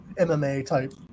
MMA-type